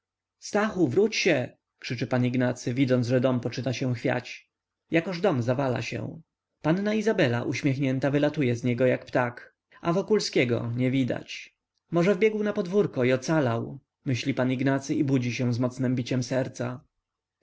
stachu wróć się krzyczy pan ignacy widząc że dom poczyna się chwiać jakoż dom zawala się panna izabela uśmiechnięta wylatuje z niego jak ptak a wokulskiego nie widać może wbiegł na podwórko i ocalał myśli pan ignacy i budzi się z mocnem biciem serca